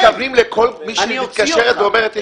אתם מתכוונים לכל מי שמתקשרת ואומרת,